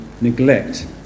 neglect